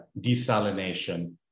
desalination